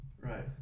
Right